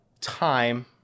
time